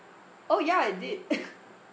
oh ya I did